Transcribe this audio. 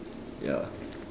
ya